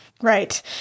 Right